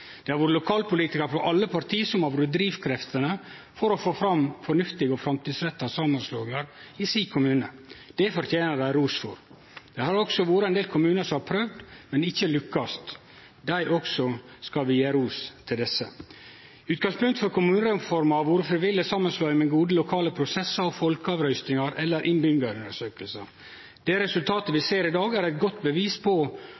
Det har vore lokalpolitikarar frå alle parti som har vore drivkreftene for å få fram fornuftige og framtidsretta samanslåingar i sin kommune. Det fortener dei ros for. Det har også vore ein del kommunar som har prøvd, men ikkje lukkast. Til dei skal vi også gje ros. Utgangspunktet for kommunereforma har vore frivillig samanslåing med gode lokale prosessar og folkeavrøysting eller innbyggjarundersøkingar. Det resultatet vi ser i dag, er eit godt bevis på